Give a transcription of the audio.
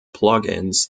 plugins